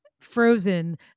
frozen